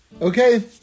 Okay